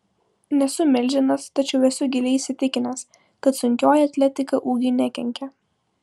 nesu milžinas tačiau esu giliai įsitikinęs kad sunkioji atletika ūgiui nekenkia